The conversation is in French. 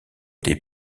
des